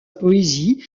poésie